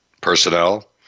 personnel